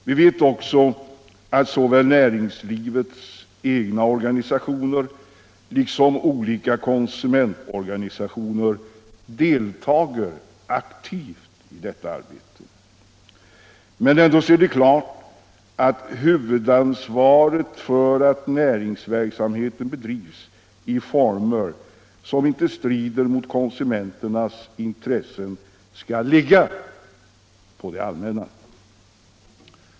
Vi vet också att såväl näringslivets egna organisationer som olika konsumentorganisationer deltar aktivt i detta arbete. Men ändå är det klart att huvudansvaret för att näringsverksamheten bedrivs i former som inte strider mot konsumenternas intressen skall ligga på det allmänna.